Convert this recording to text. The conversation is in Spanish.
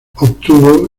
obtuvo